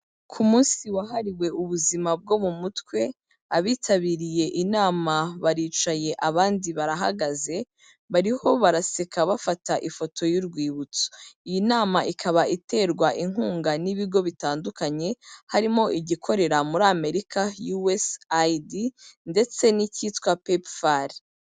Ku munsi wahariwe ubuzima bwo mu mutwe, abitabiriye inama baricaye abandi barahagaze, bariho baraseka bafata ifoto y'urwibutso, iyi nama ikaba iterwa inkunga n'ibigo bitandukanye, harimo igikorera muri Amerika USAID ndetse n'icyitwa PEPFAR.